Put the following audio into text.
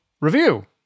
review